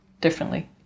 differently